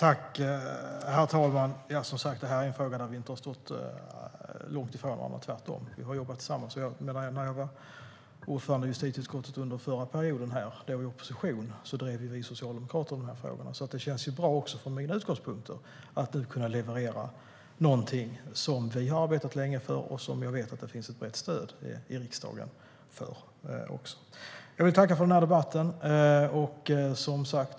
Herr talman! Det här är frågor där vi inte har stått långt ifrån varandra. Tvärtom har vi jobbat tillsammans med dem. Under förra mandatperioden, när vi var i opposition och jag var ordförande i justitieutskottet, drev vi socialdemokrater dessa frågor. Det känns därför utifrån mina utgångspunkter bra att nu kunna leverera något som vi arbetat länge med och som jag vet att det finns ett brett stöd för i riksdagen. Jag vill tacka för debatten.